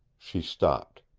she stopped.